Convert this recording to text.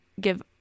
give